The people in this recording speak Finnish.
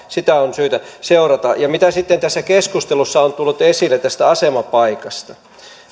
sitä on syytä seurata mitä tässä keskustelussa on tullut esille tästä asemapaikasta